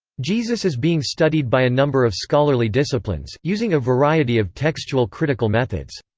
jesus is being studied by a number of scholarly disciplines, using a variety of textual critical methods.